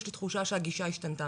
יש לי תחושה שהגישה השתנתה.